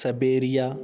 siberia